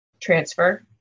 transfer